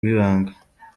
w’ibanga